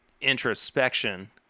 introspection